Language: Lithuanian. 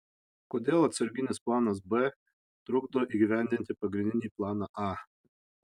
kodėl atsarginis planas b trukdo įgyvendinti pagrindinį planą a